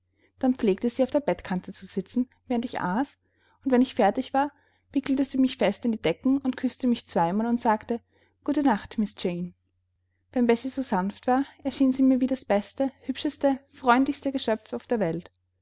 dann pflegte sie auf der bettkante zu sitzen während ich aß und wenn ich fertig war wickelte sie mich fest in die decken und küßte mich zweimal und sagte gute nacht miß jane wenn bessie so sanft war erschien sie mir wie das beste hübscheste freundlichste geschöpf auf der welt